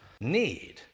need